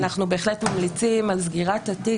אנחנו בהחלט ממליצים על סגירת התיק,